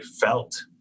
felt